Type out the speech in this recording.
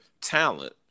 talent